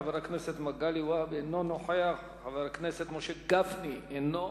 חבר הכנסת מגלי והבה, אינו נוכח.